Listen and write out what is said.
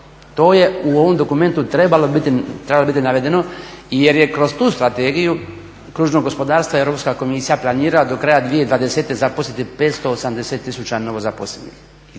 To je u ovom dokumentu trebalo biti navedeno, jer je kroz tu Strategiju kružnog gospodarstva Europska komisija planira do kraja 2020. zaposliti 580 000 novozaposlenih.